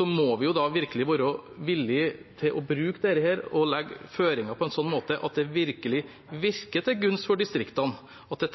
må vi være villige til å bruke dette og legge føringer på en sånn måte at det virkelig er til gunst for distriktene, og at det